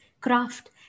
craft